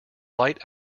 light